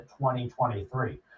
2023